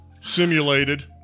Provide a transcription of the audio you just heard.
simulated